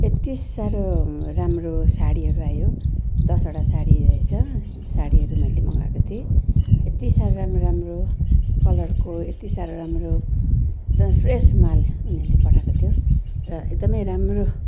यति साह्रो राम्रो साडीहरू आयो दसवटा साडी रहेछ साडीहरू मैले मगाएको थिएँ यति साह्रो राम्रो राम्रो कलरको यति साह्रो राम्रो एकदम फ्रेस माल उनीहरूले पठाएको थियो र एकदमै राम्रो